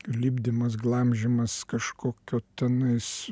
lipdymas glamžymas kažkokio tenais